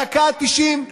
בדקה ה-90,